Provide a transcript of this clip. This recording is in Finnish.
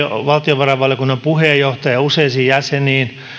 valtiovarainvaliokunnan puheenjohtajaan ja useisiin jäseniin